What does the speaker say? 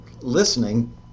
listening